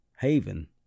haven